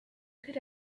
could